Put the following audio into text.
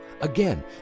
Again